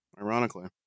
Ironically